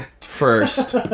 First